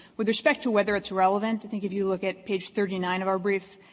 with respect to whether it's relevant, i think if you look at page thirty nine of our brief,